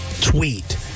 Tweet